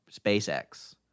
SpaceX